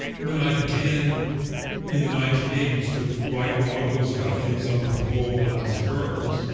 when i began in the nineteen eighty s to write articles about things other than gall bladders and birds,